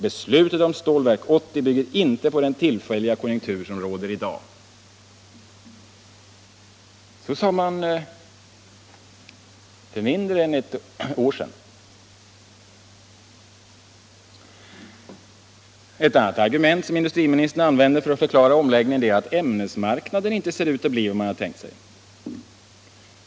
Beslutet om Stålverk 80 bygger inte på den tillfälliga konjunktur som råder i dag.” Detta yttrade industriministern för mindre än ett år sedan. Ett annat argument som industriministern använder för att förklara omläggningen är att ämnesmarknaden inte ser ut att bli vad man tänkt sig.